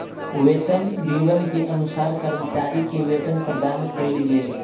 वेतन विवरण के अनुसार कर्मचारी के वेतन प्रदान कयल गेल